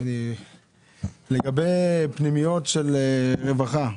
לגבי פנימיות של רווחה,